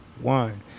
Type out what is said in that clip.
one